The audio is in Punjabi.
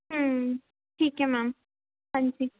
ਠੀਕ ਹੈ ਮੈਮ ਹਾਂਜੀ